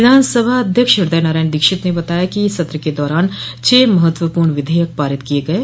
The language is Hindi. विधानसभा अध्यक्ष हृदयनारायण दीक्षित ने बताया कि सत्र के दौरान छह महत्वपूर्ण विधेयक पारित किये गये